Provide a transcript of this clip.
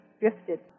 drifted